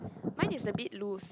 mine is a bit loose